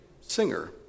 singer